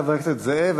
תודה, חבר הכנסת זאב.